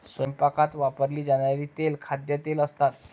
स्वयंपाकात वापरली जाणारी तेले खाद्यतेल असतात